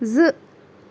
زٕ